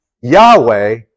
Yahweh